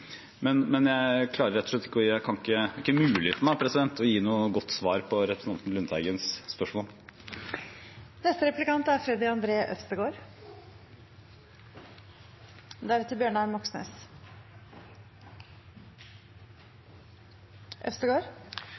ikke mulig for meg å gi noe godt svar på representanten Lundteigens spørsmål.